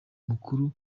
mukuru